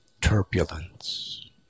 turbulence